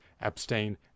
abstain